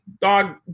dog